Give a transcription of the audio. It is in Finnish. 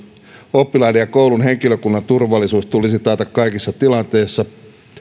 oppilaiden ja koulun henkilökunnan turvallisuus tulisi taata kaikissa tilanteissa turvallisuus